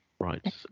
right